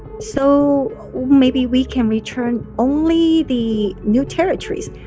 so maybe we can return only the new territories.